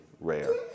rare